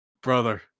Brother